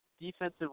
defensive